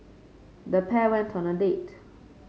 the pair went on a date